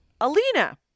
alina